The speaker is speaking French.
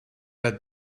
hâte